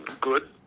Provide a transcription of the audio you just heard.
good